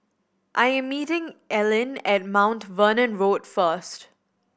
I am meeting Ellyn at Mount Vernon Road first